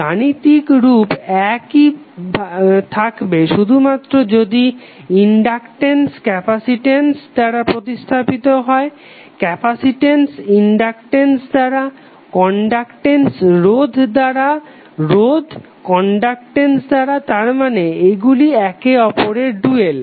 গাণিতিক রূপ একই থাকবে শুধুমাত্র যদি ইনডাকটেন্স ক্যাপাসিটেন্স দ্বারা প্রতিস্থাপিত হয় ক্যাপাসিটেন্স ইনডাকটেন্স দ্বারা কনডাকটেন্স রোধ দ্বারা রোধ কনডাকটেন্স দ্বারা তারমানে এগুলি একে অপরের ডুয়াল